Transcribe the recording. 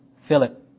Philip